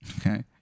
Okay